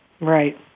Right